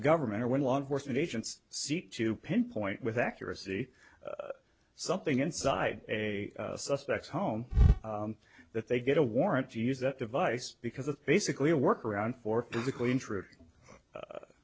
government or when law enforcement agents seek to pinpoint with accuracy something inside a suspect home that they get a warrant to use that device because it's basically a workaround for